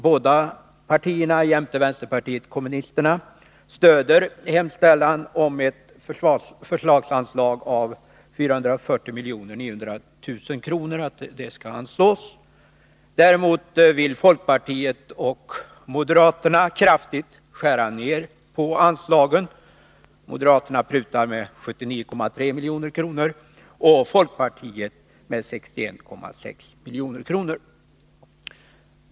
Båda dessa partier stöder jämte vänsterpartiet kommunisterna hemställan om att ett förslagsanslag om 440 900 000 kr. skall anvisas. Folkpartiet och moderaterna vill däremot kraftigt skära ned på anslagen. Moderaterna prutar med 79,3 milj.kr. och folkpartiet med 61,6 milj.kr.